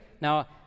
Now